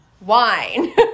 wine